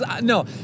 No